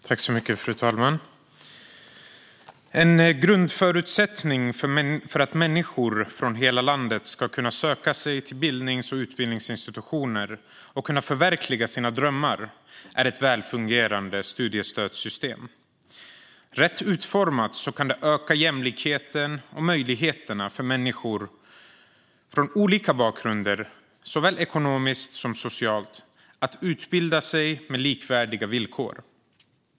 Fru talman! En grundförutsättning för att människor från hela landet ska kunna söka sig till bildnings och utbildningsinstitutioner och förverkliga sina drömmar är ett välfungerande studiestödssystem. Rätt utformat kan det öka jämlikheten och möjligheterna för människor med olika bakgrunder, såväl ekonomiskt som socialt, att utbilda sig med likvärdiga villkor.